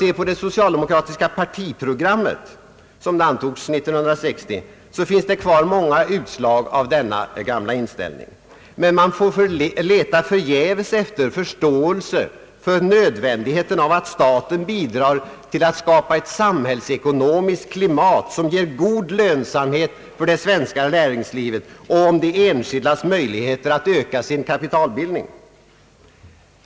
I det socialdemokratiska partiprogrammet, som antogs år 1960, finns det kvar många utslag av denna inställning, men man får leta förgäves efter förståelse för nödvändigheten av att staten bidrar till att skapa ett samhällseko nomiskt klimat som ger god lönsamhet för det svenska näringslivet och för de enskildas möjligheter att öka sin kapitalbildning.